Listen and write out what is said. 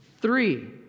Three